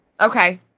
Okay